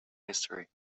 history